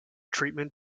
treatment